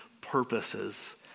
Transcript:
purposes